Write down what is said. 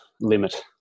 limit